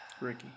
Ricky